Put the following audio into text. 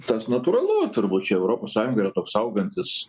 tas natūralu turbūt čia europos sąjungoje toks augantis